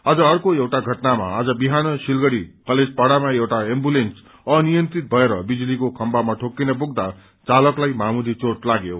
अझ अर्को एउटा घटनामा आज बिहान सिलगढ़ी कलेजपाड़ामा एउटा एम्बुलेन्स अनियन्त्रित भएर बिजुलीको खम्बामा ठोक्किन पुग्दा चालकलाई मामूली चोट लाग्यो